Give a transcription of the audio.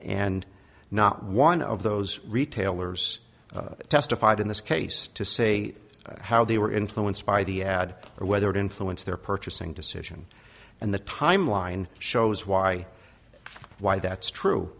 and not one of those retailers testified in this case to say how they were influenced by the ad or whether it influenced their purchasing decision and the timeline shows why why that's true